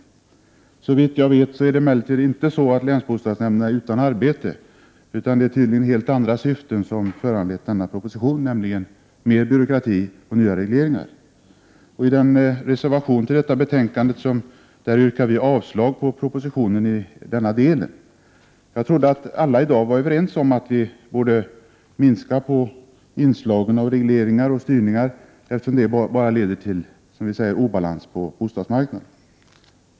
Såvitt jag vet är emellertid länsbostadsnämnderna inte utan arbetsuppgifter, utan det är tydligen helt andra syften som föranlett propositionen, nämligen att regeringen vill ha mer byråkrati och nya regleringar. I reservationen till bostadsutskottets betänkande yrkas avslag på propositionen i denna del. Jag trodde att alla i dag var överens om att vi borde minska inslagen av regleringar och styrning, eftersom de bara leder till, som vi säger, obalans på bostadsmarknaden.